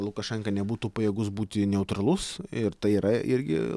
lukašenka nebūtų pajėgus būti neutralus ir tai yra irgi